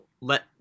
let